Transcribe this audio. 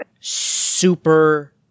super